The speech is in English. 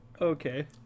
Okay